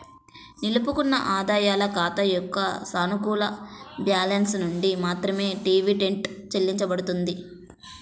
నిలుపుకున్న ఆదాయాల ఖాతా యొక్క సానుకూల బ్యాలెన్స్ నుండి మాత్రమే డివిడెండ్ చెల్లించబడుతుంది